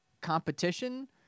competition